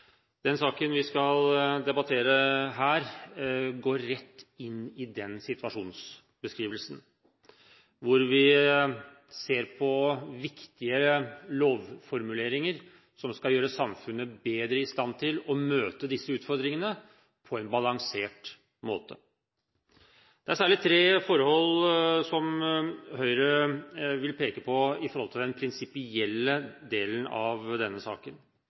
Den saken vi skal debattere nå, går rett inn i den situasjonsbeskrivelsen, og vi skal se på viktige lovformuleringer som skal gjøre samfunnet bedre i stand til å møte disse utfordringene på en balansert måte. Det er særlig tre forhold som Høyre vil peke på når det gjelder den prinsipielle delen av denne saken.